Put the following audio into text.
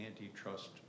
antitrust